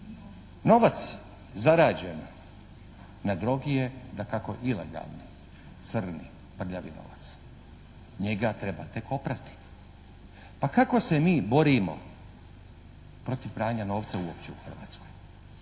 Novac zarađen na drogi je dakako ilegalni, crni, prljavi novac. Njega treba tek oprati. Pa kako se mi borimo protiv pranja novca uopće u Hrvatskoj?